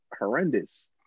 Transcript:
horrendous